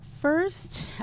First